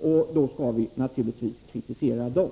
och då skall vi naturligtvis kritisera dem.